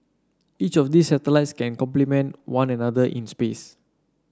each of these satellites can complement one another in space